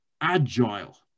agile